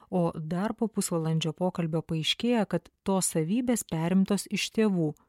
o dar po pusvalandžio pokalbio paaiškėja kad tos savybės perimtos iš tėvų